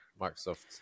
Microsoft